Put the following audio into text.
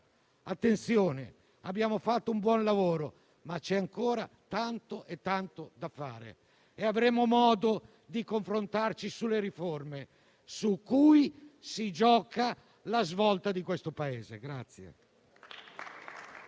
Attenzione: abbiamo fatto un buon lavoro, ma c'è ancora tanto e tanto da fare. Avremo modo di confrontarci sulle riforme su cui si gioca la svolta di questo Paese.